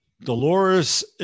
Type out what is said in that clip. Dolores